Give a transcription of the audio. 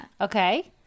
Okay